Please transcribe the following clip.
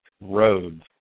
roads